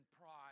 pride